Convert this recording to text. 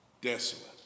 desolate